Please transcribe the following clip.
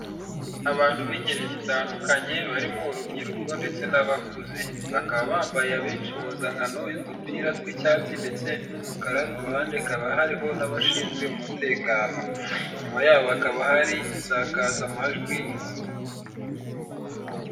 Abantu b'ingeri zitandukanye barimo urubyiruko ndetse n'abakuze bakaba bambaye abeshi impunzankano y'udupira tw'icyatsi, ndetse n'umukara ku ruhande hakaba hariho n'abashinzwe umutekano inyuma yabo hakaba hari isakazamajwi...